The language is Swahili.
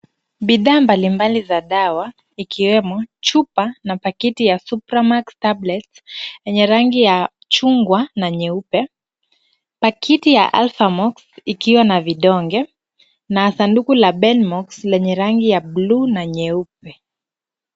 Bidhaa mbalimbali za dawa ikiwemo chupa na pakiti ya Supramax tablets, yenye rangi ya chungwa na nyeupe, pakiti ya Alphamox ikiwa na vidonge na sanduku la Benmox lenye rangi ya bluu na nyeupe.